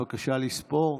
בבקשה לספור.